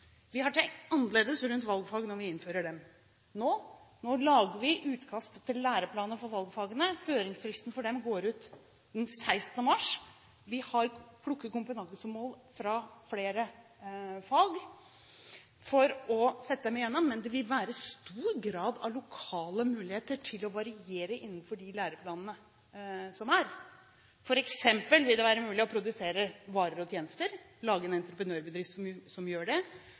Vi har tenkt annerledes rundt valgfag når vi innfører dem. Nå lager vi utkast til læreplan for valgfagene. Høringsfristen for dem går ut den 16. mars. Vi har plukket kompetansemål fra flere fag for å sette dem sammen, men det vil være stor grad av lokale muligheter til å variere innenfor de læreplanene som er. Det vil f.eks. være mulig å produsere varer og tjenester, å lage en entreprenørbedrift som gjør det,